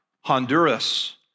Honduras